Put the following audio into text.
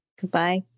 Goodbye